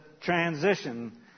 transition